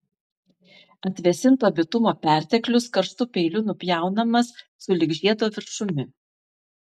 atvėsinto bitumo perteklius karštu peiliu nupjaunamas sulig žiedo viršumi